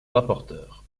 rapporteur